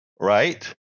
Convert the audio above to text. right